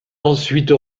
ensuite